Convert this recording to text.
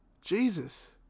Jesus